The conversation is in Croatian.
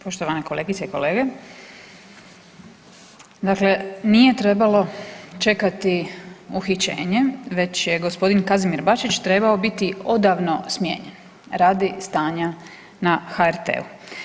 Poštovane kolegice i kolege, dakle nije trebalo čekati uhićenje već je gospodin Kazimir Bačić trebao biti odavno smijenjen radi stanja na HRT-u.